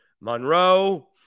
Monroe